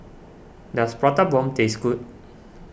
does Prata Bomb taste good